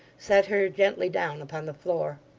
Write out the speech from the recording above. set her gently down upon the floor.